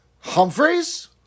Humphreys